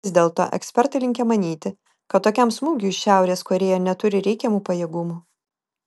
vis dėlto ekspertai linkę manyti kad tokiam smūgiui šiaurės korėja neturi reikiamų pajėgumų